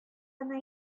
кына